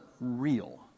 real